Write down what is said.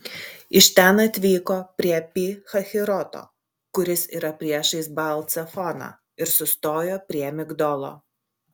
iš ten atvyko prie pi hahiroto kuris yra priešais baal cefoną ir sustojo prie migdolo